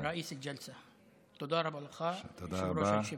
ראיס אל-ג'לסה, תודה רבה לך, יושב-ראש הישיבה.